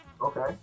Okay